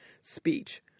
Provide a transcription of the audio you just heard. speech